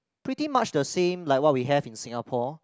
pretty much the same like what we have in Singapore